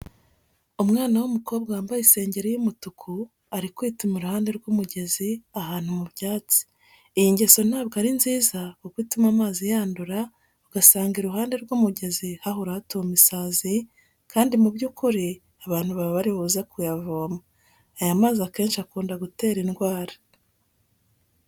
Umwana w'umukobwa wambaye isengeri y'umutuku ari kwituma iruhande rw'umugezi ahantu mu byatsi. Iyi ngeso ntabwo ari nziza kuko ituma amazi yandura, ugasanga iruhande rw'umugezi hahora hatuma isazi kandi mu by'ukuri abantu baba bari buze kuyavoma. Aya mazi akenshi akunda gutera indwara.